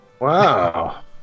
Wow